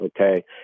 Okay